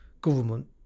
government